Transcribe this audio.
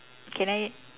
can I